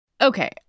Okay